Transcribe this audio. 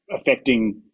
affecting